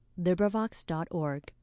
LibriVox.org